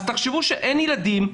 אז אם אין ילדים,